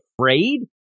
afraid